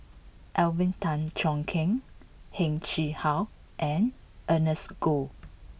Alvin Tan Cheong Kheng Heng Chee How and Ernest Goh